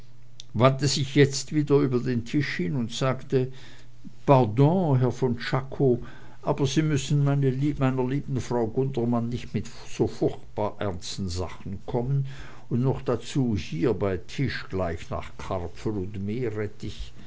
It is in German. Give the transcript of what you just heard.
wandte sich jetzt wieder über den tisch hin und sagte pardon herr von czako aber sie müssen meiner lieben frau von gundermann nicht mit so furchtbar ernsten sachen kommen und noch dazu hier bei tisch gleich nach karpfen und meerrettich